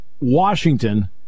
Washington